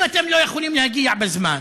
אם אתם לא יכולים להגיע בזמן,